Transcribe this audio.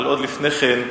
אבל עוד לפני כן,